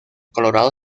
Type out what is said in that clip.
colorado